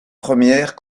premières